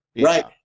Right